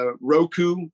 Roku